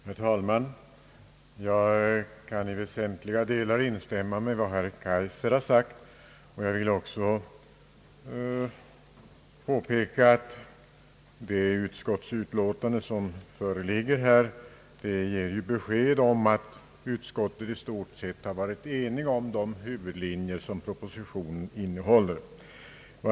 Herr talman! Jag kan i väsentliga delar instämma i vad herr Kaijser har sagt. Det statsutskottsutlåtande som föreligger ger besked om att utskottet i stort sett har varit enigt i fråga om de huvudlinjer som propositionen innehåller.